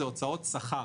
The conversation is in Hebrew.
זה הוצאות שכר.